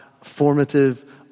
formative